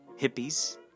hippies